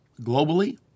globally